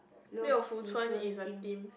Liu-Fu-Cun is a theme